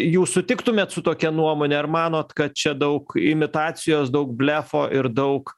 jūs sutiktumėt su tokia nuomone ar manot kad čia daug imitacijos daug blefo ir daug